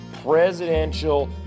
presidential